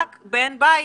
רק בן בית.